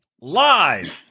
live